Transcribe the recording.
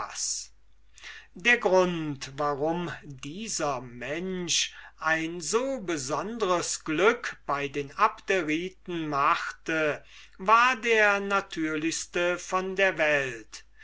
der grund warum dieser mensch ein so besonderes glück bei den abderiten machte war der natürlichste von der welt